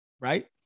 right